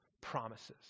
promises